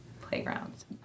playgrounds